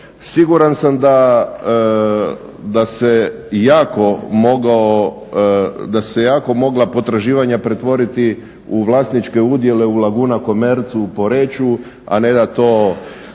Siguran sam da su se jako mogla potraživanja pretvoriti u vlasničke udjele u Laguna commerceu u Poreču, a ne da se